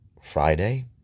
Friday